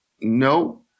No